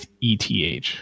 ETH